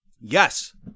Yes